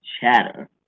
chatter